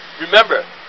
remember